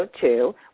two